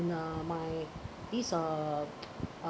in a my this uh